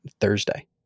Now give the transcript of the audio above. Thursday